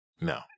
No